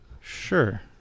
sure